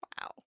Wow